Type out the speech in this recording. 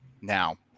Now